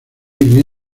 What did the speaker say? hay